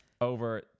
over